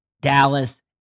Dallas